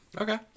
Okay